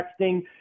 texting